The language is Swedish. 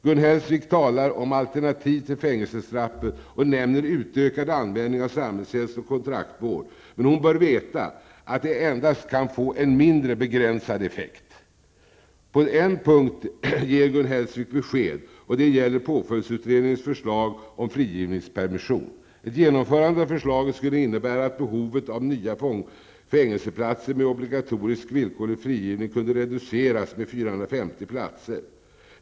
Gun Hellsvik talar om alternativ till fängelsestraffet och nämner utökad användning av samhällstjänst och kontraktsvård. Men hon bör veta att det endast kan få en mindre, begränsad effekt. På en punkt ger Gun Hellsvik besked. Det gäller påföljdsutredningens förslag om frigivningspermission. Ett genomförande av förslaget med obligatorisk villkorlig frigivning skulle innebära att behovet av nya fängelseplatser kunde reduceras med 450 platser.